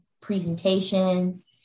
presentations